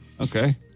Okay